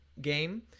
game